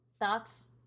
Thoughts